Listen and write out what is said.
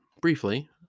briefly